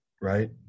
right